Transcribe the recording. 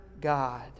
god